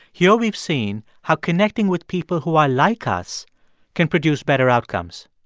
here we've seen how connecting with people who are like us can produce better outcomes.